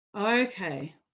Okay